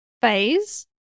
phase